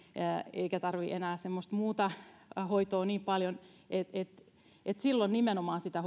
eikä tarvitse enää semmoista muuta hoitoa niin paljon niin silloin nimenomaan sitä